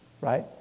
right